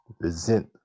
present